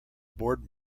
board